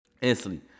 Instantly